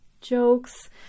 jokes